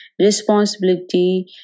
responsibility